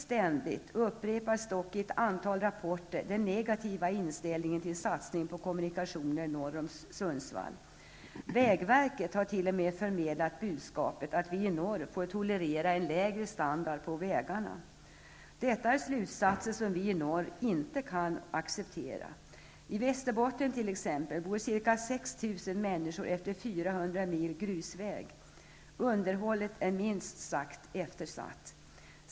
Ständigt upprepas dock i ett antal rapporter den negativa inställningen till en satsning på kommunikationer norr om Sundsvall. Vägverket har t.o.m. förmedlat budskapet att vi i norr får tolerera en lägre standard på vägarna. Detta är slutsatser som vi i norr inte kan acceptera. I Västerbotten bor t.ex. cirka 6 000 människor utefter 400 mil grusväg. Underhållet är minst sagt eftersatt.